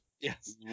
yes